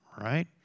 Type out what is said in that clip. right